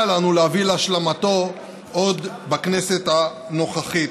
לנו להביא להשלמתו עוד בכנסת הנוכחית.